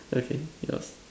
okay yours